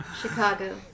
chicago